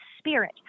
spirit